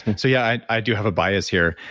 and so yeah, i i do have a bias here.